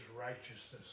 righteousness